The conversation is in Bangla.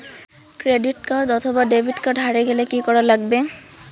ক্রেডিট কার্ড অথবা ডেবিট কার্ড হারে গেলে কি করা লাগবে?